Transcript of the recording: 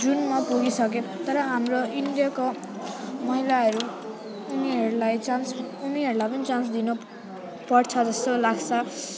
जूनमा पुगिसके तर हाम्रो इन्डियाको महिलाहेरू उनीहरूलाई चान्स उनीहरूलाई पनि चान्स दिनपर्छ जस्तो लाग्छ